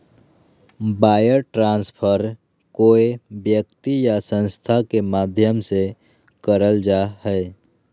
wire transfer कोय व्यक्ति या संस्था के माध्यम से करल जा हय